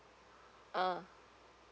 uh